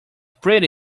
pretty